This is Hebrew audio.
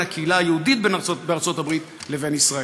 הקהילה היהודית בארצות-הברית לבין ישראל.